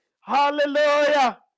Hallelujah